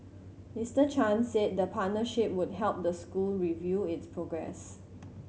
Mister Chan said the partnership would help the school review its progress